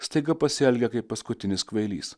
staiga pasielgia kaip paskutinis kvailys